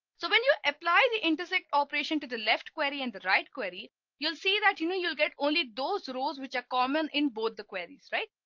so when you apply the intersect operation to the left query and the right query you'll see that you know, you'll get only those rows which are common in both the queries, right?